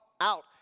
out